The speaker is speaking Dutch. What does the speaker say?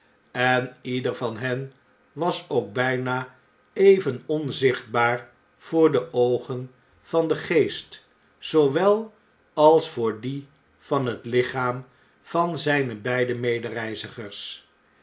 en ieder van hen was ook bjjna even onzichtbaar voor de oogen van den geest zoowel als voor die van het lichaam van zijne beide medereizigers